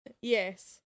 Yes